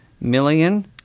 million